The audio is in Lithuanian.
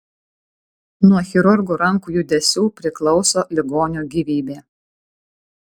nuo chirurgų rankų judesių priklauso ligonio gyvybė